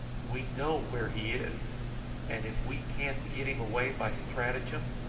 we know where he is and if we can't get him away by stratagem,